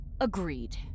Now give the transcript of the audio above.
Agreed